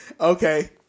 Okay